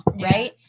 right